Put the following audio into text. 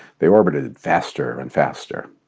they orbited faster and faster.